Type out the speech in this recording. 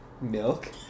milk